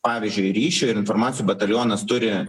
pavyzdžiui ryšio ir informacijų batalionas turi